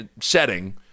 setting